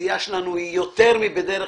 אתם מוכרים חומר נפץ,